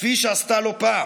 כפי שעשתה לא פעם.